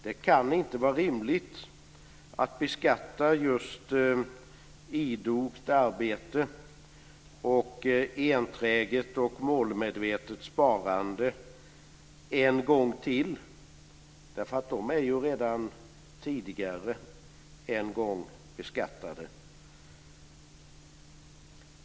Det kan inte vara rimligt att beskatta just idogt arbete och enträget och målmedvetet sparande en gång till, därför att dessa pengar är ju redan tidigare beskattade en gång.